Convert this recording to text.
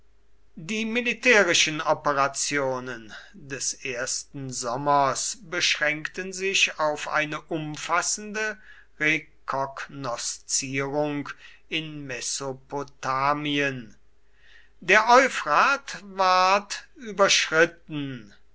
die militärischen operationen des ersten sommers beschränkten sich auf eine umfassende rekognoszierung in mesopotamien der euphrat ward überschritten